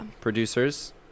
Producers